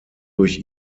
durch